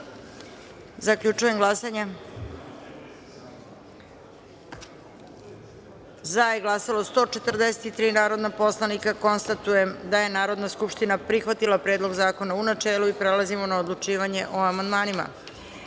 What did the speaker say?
izjasnite. Zaključujem glasanje: za je glasalo 143 narodna poslanika. Konstatujem da je Narodna skupština prihvatila Predlog zakona u načelu i prelazimo na odlučivanje o amandmanima. Stavljam